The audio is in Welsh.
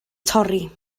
torri